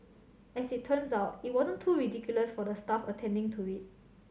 as it turns out it wasn't too ridiculous for the staff attending to it